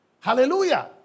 Hallelujah